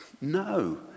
No